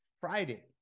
Friday